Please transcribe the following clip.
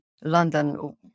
London